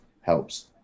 helps